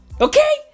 Okay